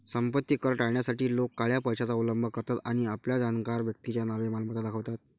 संपत्ती कर टाळण्यासाठी लोक काळ्या पैशाचा अवलंब करतात आणि आपल्या जाणकार व्यक्तीच्या नावे मालमत्ता दाखवतात